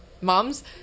Moms